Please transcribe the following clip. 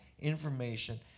information